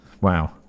wow